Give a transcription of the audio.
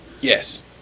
Yes